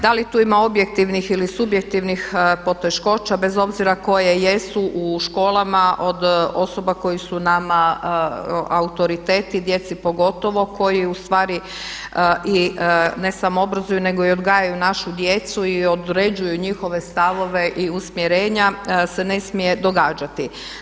Da li tu ima objektivnih ili subjektivnih poteškoća, bez obzira koje jesu u školama od osoba koje su nama autoriteti, djeci pogotovo, koji ustvari i ne samo obrazuju nego i odgajaju našu djecu i određuju njihove stavove i usmjerenja se ne smije događati.